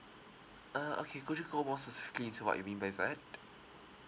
uh okay could you go more specifically into what you mean by that